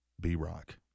B-Rock